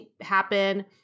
happen